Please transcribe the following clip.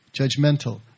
judgmental